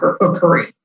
occurring